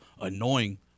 annoying